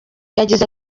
yagize